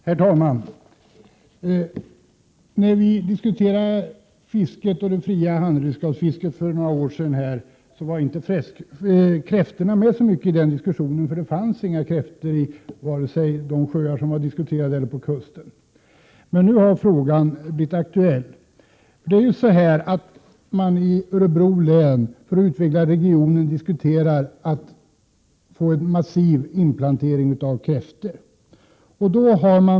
Herr talman! När vi här diskuterade fisket och det fria handredskapsfisket för några år sedan, talades det inte så mycket om kräftorna, för det fanns inga kräftor vare sig i de sjöar som diskussionen avsåg eller vid kusten. I Örebro län har man, i samband med åtgärder för att utveckla regionen, diskuterat en massiv inplantering av kräftor.